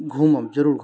घुमब जरुर